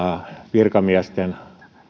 virkamiesten